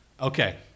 okay